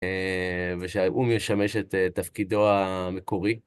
ושהאו"ם ישמש את תפקידו המקורי.